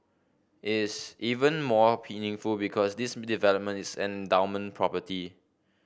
is even more meaningful because this development is an endowment property